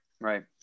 Right